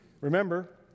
Remember